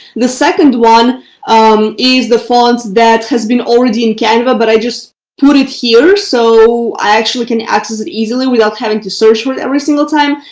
the second one um is the font that has been already in canva. but i just put it here so i actually can access it easily without having to search for it every single time.